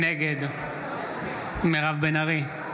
נגד מירב בן ארי,